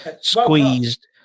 squeezed